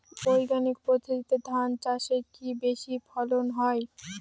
বৈজ্ঞানিক পদ্ধতিতে ধান চাষে কি বেশী ফলন হয়?